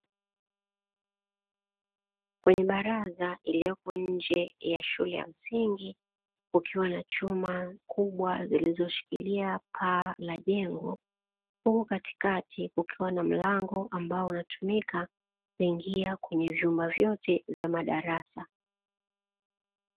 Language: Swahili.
Kwenye baraza iliyopo nje ya shule ya msingi kukiwa na chuma kubwa zilizoshikilia paa la jengo, huku katikati kukiwa na mlango ambao unatumika kuingia kwenye vyumba vyote vya madarasa.